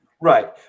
Right